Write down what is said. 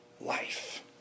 life